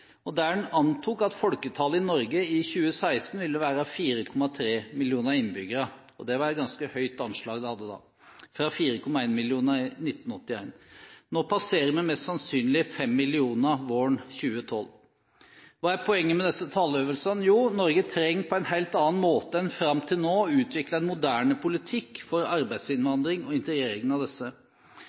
der man antok at folketallet i Norge i 2016 ville være 4,3 millioner innbyggere. Det var et ganske høyt anslag man hadde da – fra 4,1 millioner i 1981. Nå passerer vi mest sannsynlig 5 millioner innbyggere våren 2012. Hva er poenget med disse talløvelsene? Jo, Norge trenger på en helt annen måte enn fram til nå å utvikle en moderne politikk for arbeidsinnvandrere og integreringen av disse.